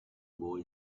boy